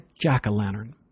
jack-o'-lantern